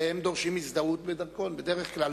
והם דורשים הזדהות בדרכון.